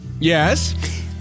Yes